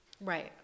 right